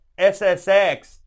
SSX